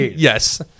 Yes